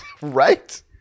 Right